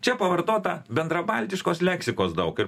čia pavartota bendrabaltiškos leksikos daug ir